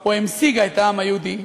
או המשיגה את העם היהודי,